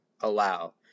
allow